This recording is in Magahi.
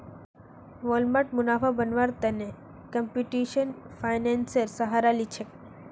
वालमार्ट मुनाफा बढ़व्वार त न कंप्यूटेशनल फाइनेंसेर सहारा ली छेक